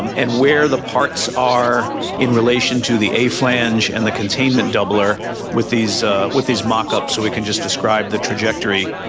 and where the parts are in relation to the a-flange and the containment doubler with these with these mockups so we can just describe the trajectory